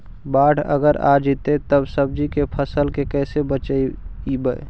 बाढ़ अगर आ जैतै त सब्जी के फ़सल के कैसे बचइबै?